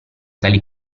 tali